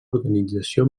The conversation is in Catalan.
organització